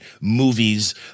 movies